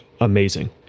amazing